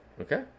Okay